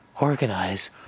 organize